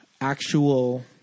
actual